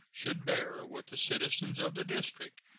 should bear, with the citizens of the district,